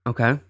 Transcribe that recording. Okay